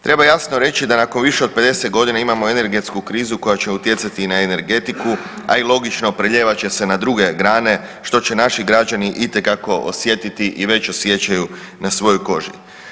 Treba jasno reći da nakon više od 50.g. imamo energetsku krizu koja će utjecati i na energetiku, a i logično preljevat će se na druge grane što će naši građani itekako osjetiti i već osjećaju na svojoj koži.